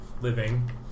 living